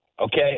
okay